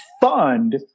fund